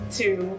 two